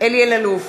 אלי אלאלוף,